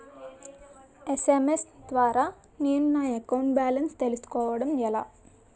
SMS ద్వారా నేను నా అకౌంట్ బాలన్స్ చూసుకోవడం ఎలా?